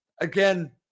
Again